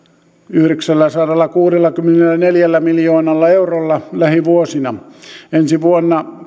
yhdeksälläsadallakuudellakymmenelläneljällä miljoonalla eurolla lähivuosina ensi vuonna